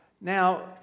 Now